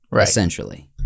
essentially